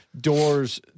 doors